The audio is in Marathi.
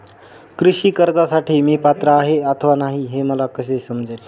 कृषी कर्जासाठी मी पात्र आहे अथवा नाही, हे मला कसे समजेल?